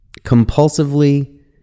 compulsively